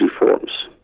reforms